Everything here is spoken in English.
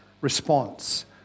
response